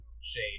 shade